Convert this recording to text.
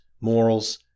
morals